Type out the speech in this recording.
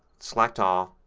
select all,